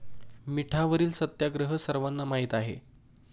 मिठावरील सत्याग्रह सर्वांना माहीत आहे